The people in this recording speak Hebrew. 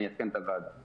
אני אעדכן את הוועדה.